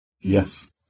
Yes